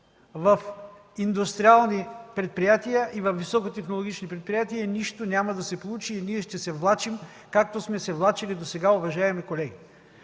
в индустриални предприятия и във високотехнологични предприятия, нищо няма да се получи и ние ще се влачим, както сме се влачили досега, уважаеми колеги.